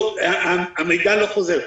והמידע לא חוזר?